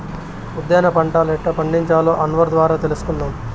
ఉద్దేన పంటలెట్టా పండించాలో అన్వర్ ద్వారా తెలుసుకుందాం